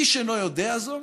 איש אינו יודע זאת